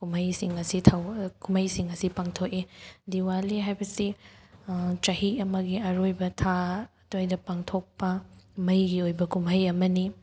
ꯀꯨꯝꯍꯩꯁꯤꯡ ꯑꯁꯤ ꯀꯨꯝꯍꯩꯁꯤꯡ ꯑꯁꯤ ꯄꯥꯡꯊꯣꯛꯏ ꯗꯤꯋꯥꯂꯤ ꯍꯥꯏꯕꯁꯤ ꯆꯍꯤ ꯑꯃꯒꯤ ꯑꯔꯣꯏꯕ ꯊꯥ ꯑꯗꯨꯋꯥꯏꯗ ꯄꯥꯡꯊꯣꯛꯄ ꯃꯩꯒꯤ ꯑꯣꯏꯕ ꯀꯨꯝꯍꯩ ꯑꯃꯅꯤ